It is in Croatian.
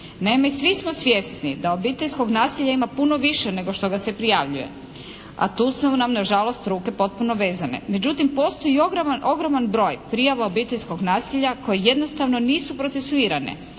Naime svi smo svjesni da obiteljskog nasilja ima puno više nego što ga se prijavljuje. A tu su nam nažalost ruke potpuno vezane. Međutim postoji i ogroman broj prijava obiteljskog nasilja koji jednostavno nisu procesuirane,